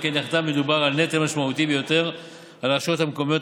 שכן יחדיו מדובר על נטל משמעותי ביותר על הרשויות המקומיות,